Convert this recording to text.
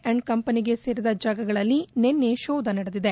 and ಕಂಪನಿಗೆ ಸೇರಿದ ಜಾಗಗಳಲ್ಲಿ ನಿನ್ನೆ ಶೋಧ ನಡೆದಿದೆ